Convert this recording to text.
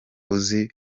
uzi